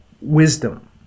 wisdom